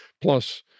plus